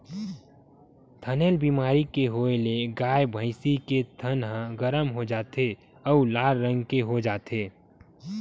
थनैल बेमारी के होए ले गाय, भइसी के थन ह गरम हो जाथे अउ लाल रंग के हो जाथे